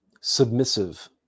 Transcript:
submissive